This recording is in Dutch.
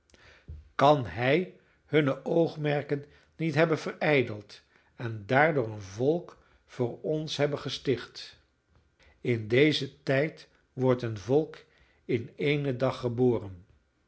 kan hij hunne oogmerken niet hebben verijdeld en daardoor een volk voor ons hebben gesticht in dezen tijd wordt een volk in éénen dag geboren